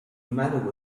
matter